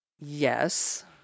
Yes